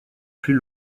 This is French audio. plus